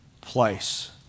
place